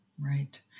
Right